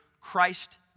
Christ